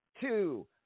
two